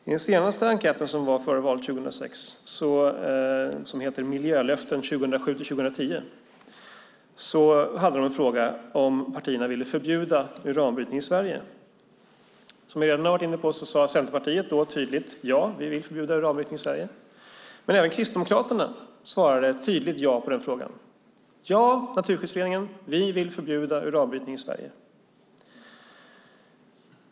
I enkäten före valet 2006 om miljölöften 2007-2010 hade man en fråga om partierna ville förbjuda uranbrytning i Sverige. Som jag redan har varit inne på sade Centerpartiet då tydligt: Ja, vi vill förbjuda uranbrytning i Sverige. Även Kristdemokraterna svarade ett tydligt ja på den frågan. Ja, Naturskyddsföreningen, vi vill förbjuda uranbrytning i Sverige.